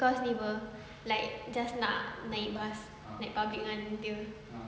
cause ni [pe] like just nak naik bus naik public dengan dia